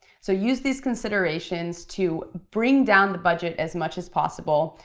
so use these considerations to bring down the budget as much as possible,